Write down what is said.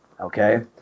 Okay